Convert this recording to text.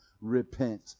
repent